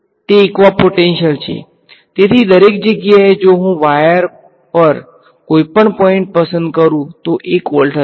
તે ઇક્વિપોટેન્શિયલ છે તેથી દરેક જગ્યાએ જો હું વાયર પર કોઈપણ પોઈંટ પસંદ કરું તો 1 વોલ્ટેજ હશે